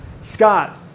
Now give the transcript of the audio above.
Scott